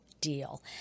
deal